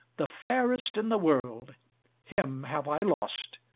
the fairest in the world him have i lost,